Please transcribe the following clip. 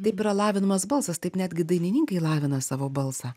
taip yra lavinamas balsas taip netgi dainininkai lavina savo balsą